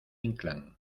inclán